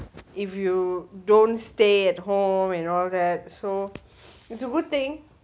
if you don't stay at home and all so it's a good thing